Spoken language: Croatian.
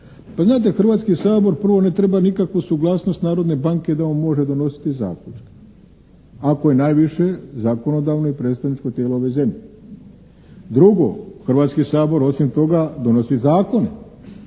Pa znate, Hrvatski sabor prvo ne treba nikakvu suglasnost Narodne banke da on može donositi zaključke ako je najviše zakonodavno i predstavničko tijelo ove zemlje. Drugo, Hrvatski sabor osim toga donosi zakone,